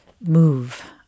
move